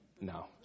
No